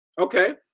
Okay